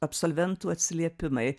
absolventų atsiliepimai